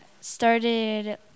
started